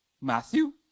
Matthew